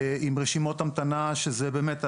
עם רשימות המתנה שבאמת,